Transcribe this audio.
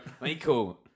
Michael